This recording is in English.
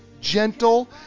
gentle